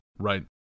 Right